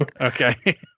Okay